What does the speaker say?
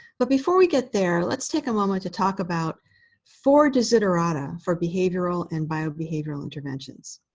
but before we get there, let's take a moment to talk about four desiderata for behavioral and biobehavioral interventions.